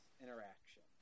interaction